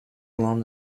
along